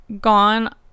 gone